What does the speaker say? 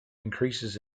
increases